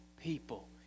people